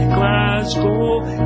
Glasgow